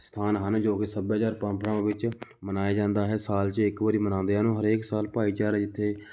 ਸਥਾਨ ਹਨ ਜੋ ਕਿ ਸੱਭਿਆਚਾਰਕ ਪਰੰਪਰਾ ਵਿੱਚ ਮਨਾਇਆ ਜਾਂਦਾ ਹੈ ਸਾਲ 'ਚ ਇੱਕ ਵਾਰੀ ਮਨਾਉਂਦੇ ਹਨ ਹਰੇਕ ਸਾਲ ਭਾਈਚਾਰੇ ਜਿੱਥੇ